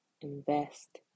invest